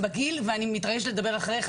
אני מתרגשת לדבר אחריך.